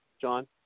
John